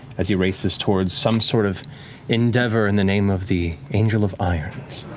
as he races towards some sort of endeavor in the name of the angel of irons.